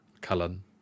Cullen